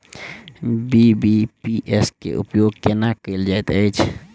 BBPS केँ उपयोग केना कएल जाइत अछि?